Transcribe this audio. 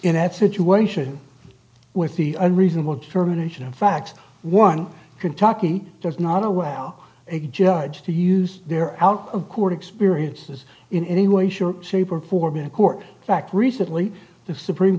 in that situation with the unreasonable determination of fact one kentucky does not allow a judge to use their out of court experiences in any way sure say performing a court fact recently the supreme